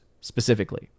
specifically